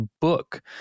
book